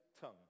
tongue